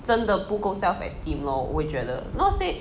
真的不够 self esteem lor 我觉得 not say